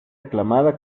aclamada